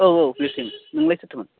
औ औ ब्लेसिं नोंलाय सोरथोमोन